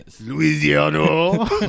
Louisiana